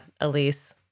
Elise